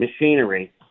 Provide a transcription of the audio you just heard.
Machinery